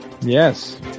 Yes